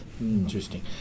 Interesting